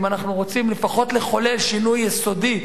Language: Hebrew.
אם אנחנו רוצים לפחות לחולל שינוי יסודי,